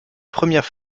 premières